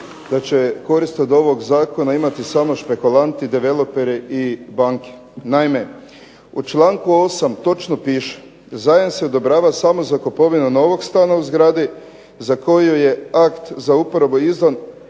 da će korist od ovog Zakona imati samo špekulanti, developeri i banke. Naime, u članku 8. točno piše: „Zajam se odobrava samo za kupovinu novog stana u zgradi, za koju je akt za uporabu izdan